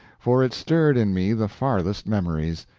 for it stirred in me the farthest memories.